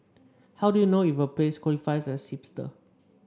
how do you know if a place qualifies as hipster